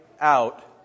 out